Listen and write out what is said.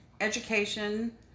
education